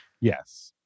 Yes